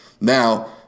Now